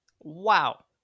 Wow